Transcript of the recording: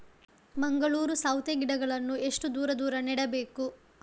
ಮಂಗಳೂರು ಸೌತೆ ಗಿಡಗಳನ್ನು ಎಷ್ಟು ದೂರ ದೂರ ನೆಡಬೇಕು?